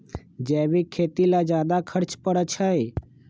जैविक खेती ला ज्यादा खर्च पड़छई?